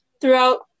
throughout